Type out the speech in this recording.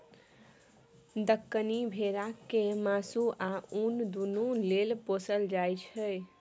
दक्कनी भेरा केँ मासु आ उन दुनु लेल पोसल जाइ छै